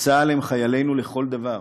בצה"ל הם חיילינו לכל דבר.